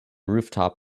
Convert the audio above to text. rooftop